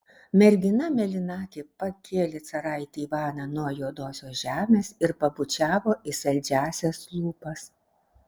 mergina mėlynakė pakėlė caraitį ivaną nuo juodosios žemės ir pabučiavo į saldžiąsias lūpas